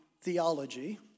theology